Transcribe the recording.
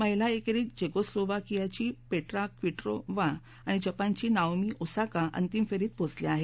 महिला एकेरीत जेकोस्लोवाकियाची पेट्रा क्वितोवा आणि जपानची नाओमी ओसाका अंतिम फेरीत पोचल्या आहेत